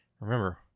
Remember